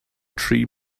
tree